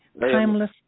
timeless